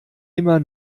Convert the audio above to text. immer